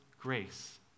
grace